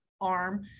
arm